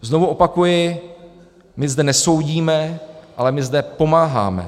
Znovu opakuji, my zde nesoudíme, ale my zde pomáháme.